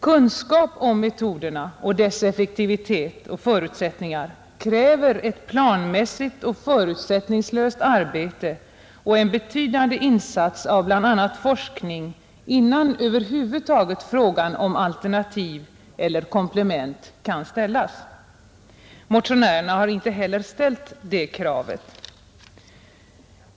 Kunskap om metoderna och deras effektivitet och förutsättningar kräver ett planmässigt och förutsättningslöst arbete och en betydande insats av bl.a. forskning innan över huvud taget frågan om alternativ eller komplement kan ställas. Motionärerna har inte heller ställt det kravet.